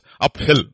uphill